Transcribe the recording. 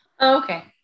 okay